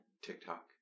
TikTok